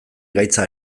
gaitza